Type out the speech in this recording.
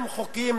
הם חוקים